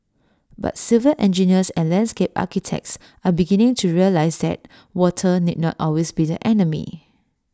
but civil engineers and landscape architects are beginning to realise that water need not always be the enemy